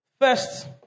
First